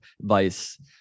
Vice